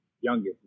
youngest